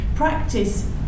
Practice